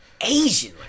Asian